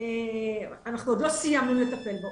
אנחנו עוד לא סיימנו לטפל בו.